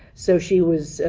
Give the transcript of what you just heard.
so she was,